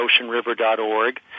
oceanriver.org